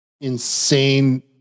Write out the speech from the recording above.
insane